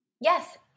Yes